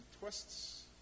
twists